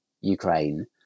Ukraine